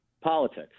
politics